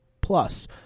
Plus